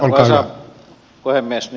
arvoisa puhemies